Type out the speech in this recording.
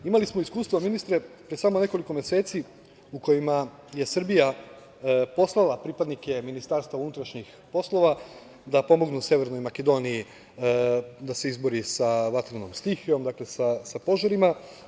Imali smo iskustva, ministre, pre samo nekoliko meseci, u kojima je Srbija poslala pripadnike MUP-a da pomognu Severnoj Makedoniji da se izbori sa vatrenom stihijom, sa požarima.